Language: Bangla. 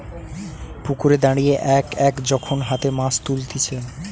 পুকুরে দাঁড়িয়ে এক এক যখন হাতে মাছ তুলতিছে